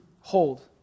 hold